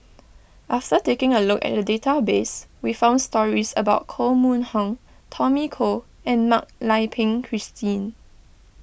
after taking a look at the database we found stories about Koh Mun Hong Tommy Koh and Mak Lai Peng Christine